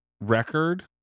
record